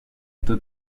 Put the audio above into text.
peu